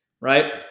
right